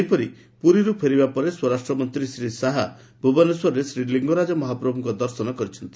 ସେହିପରି ପୁରୀରୁ ଫେରିବା ପରେ ସ୍ୱରାଷ୍ଟ ମନ୍ତୀ ଶ୍ରୀ ଶାହା ଭୁବନେଶ୍ୱରରେ ଶ୍ରୀ ଲିଙ୍ଗରାଜ ମହାପ୍ରଭୁଙ୍କ ଦର୍ଶନ କରିଛନ୍ତି